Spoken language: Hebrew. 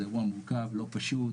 זה אירוע מורכב ולא פשוט.